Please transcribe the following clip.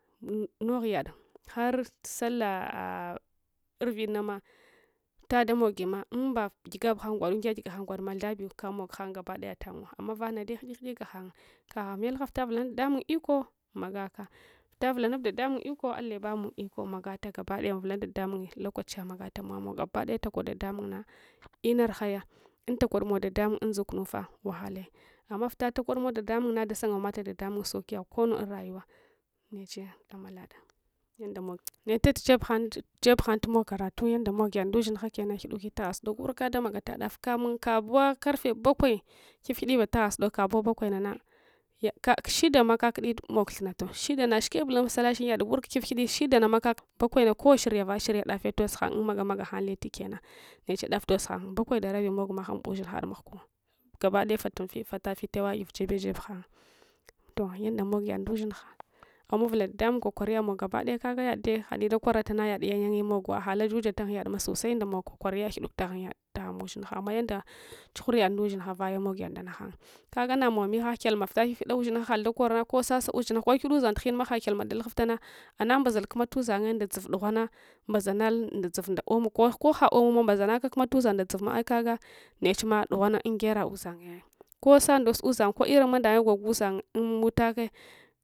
Nogh yadda hart sallah ur'vidnamah vila damogima umba gigabughan gwadogyakyeganang gwadma mathabi ksmoghang gabaki daya tanguws amms vanade guuils ghullrs hanye kagha melhavita vulansvula de damung iko magaka vita vulanasu dadamung ikowa allah yabamu lkon magata gasadaya mavulama dadamung lokachiya mogaka mamowa gabadaya takod dadamung na inaruhaya unt alodmow dadsmung undzuknufah wahala amma vita kodmow dadamungna dasungamata da- damung saukiya konnu unrayuwa nechiya damalada yandamog nechetujeb hang tumoga karatu ndamog yad dush inns kenna ghiduke tagha sudoka wurka damagata dafa abowa karfe bakawai ghifguidi batagha sudokgadzows bakwai nana kak shidama kakditumog thunna toh shidana shike bul un sallah chi wurka yad ghif ghidi shidanama kakdi balwaina lowa shir yeva shirya dafe tozghang un megam agahang lati kenns neche dafe toz hang salewai nda rabi mogna ghadushinghad mangu gabadaya fatunfifatafi tewagiv jeb hang toh aghsyanda mogyad ndushingha amawuv uls didtamung kokariyamou gabidayode kaye dakwaratana yade yang yanga tumoguwa ahala juja taghun yadma sosai damog kwakwari ghiduk taghung yad baghun mushinha amma yanda chughur yad ndushingha vayemog yad nda naghang kakanamo minagha vita ghaghida ushinghe hal dakoro kosasa ushinghs kogniduf udzang tughinmahalsyalma dalughuftan anambazal kumma tudzanye nda dzov dughwanngmba zanal dzov nda oma ko gha omcwa notp spu ahms ai lnechms dugnwangsungyara udzanye ai kosandos udzangko lrn mandange gog udzang unmul